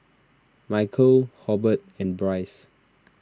Micheal Hobert and Bryce